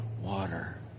water